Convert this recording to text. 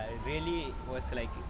I really was like